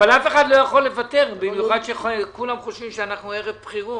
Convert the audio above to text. אבל אף אחד לא יכול לוותר במיוחד שכולם חושבים שאנחנו ערב בחירות.